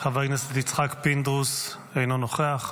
חבר הכנסת יצחק פינדרוס, אינו נוכח.